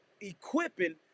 equipping